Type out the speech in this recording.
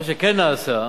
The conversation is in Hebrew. מה שכן נעשה,